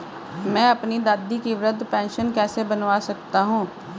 मैं अपनी दादी की वृद्ध पेंशन कैसे बनवा सकता हूँ?